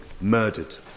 murdered